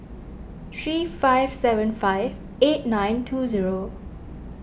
three five seven five eight nine two zero